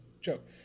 joke